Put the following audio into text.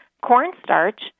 cornstarch